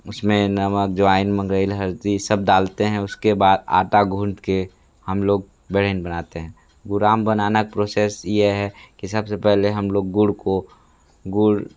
उसमें नमक अज्वाइन मंग्रेल हल्दी सब डालते हैं उसके बाद आटा गूंद के हम लोग ब्रयन बनाते हैं गुराम बनाना प्रोसेस ये है कि सबसे पहले हम लोग गुड़ को गुड़